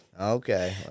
Okay